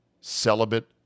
celibate